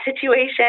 situation